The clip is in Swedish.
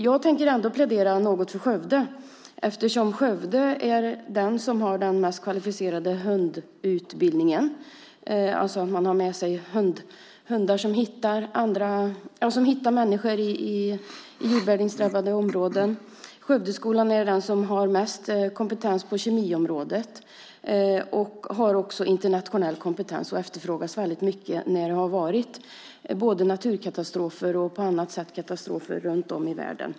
Jag tänker ändå plädera för Skövde eftersom man där har den mest kvalificerade hundutbildningen. Det handlar om att man har med sig hundar som hittar människor i jordbävningsdrabbade områden. Skövdeskolan är den som har högst kompetens på kemiområdet. Den har också internationell kompetens och efterfrågas mycket vid både naturkatastrofer och andra katastrofer runt om i världen.